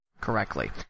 correctly